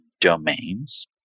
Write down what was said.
domains